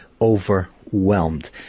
overwhelmed